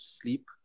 sleep